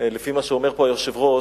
לפי מה שאומר פה היושב-ראש,